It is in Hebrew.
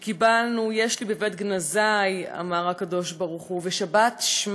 יש לי בבית גנזי, אמר הקדוש-ברוך-הוא, ושבת שמה,